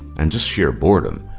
and just sheer boredom.